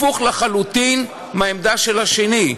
הפוכה לחלוטין מהעמדה של השני.